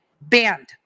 banned